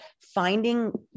finding